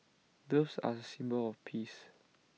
doves are A symbol of peace